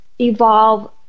evolve